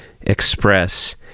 express